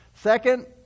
Second